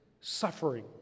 suffering